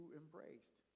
embraced